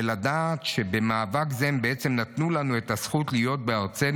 ולדעת שבמאבק זה הם בעצם נתנו לנו את הזכות להיות בארצנו,